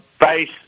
base